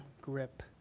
grip